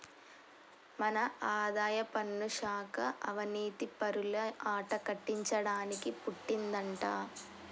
మన ఆదాయపన్ను శాఖ అవనీతిపరుల ఆట కట్టించడానికి పుట్టిందంటా